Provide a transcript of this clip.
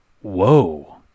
whoa